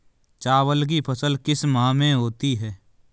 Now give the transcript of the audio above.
चावल की फसल किस माह में होती है?